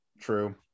True